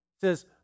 says